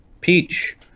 peach